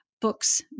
books